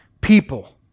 people